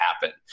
happen